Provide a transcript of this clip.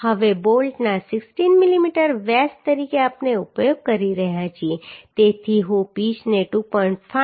હવે બોલ્ટના 16 મીમી વ્યાસ તરીકે આપણે ઉપયોગ કરી રહ્યા છીએ તેથી હું પિચને 2